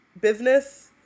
business